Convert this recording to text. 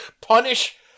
punish